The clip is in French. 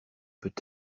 peut